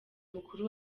mukuru